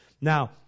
Now